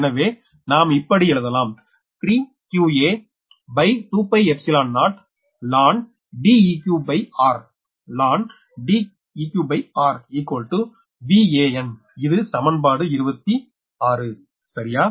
எனவே நாம் இப்படி எழுதலாம் 3qa20lnDeqr Vanஇது சமன்பாடு 26 சரியா